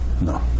No